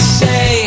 say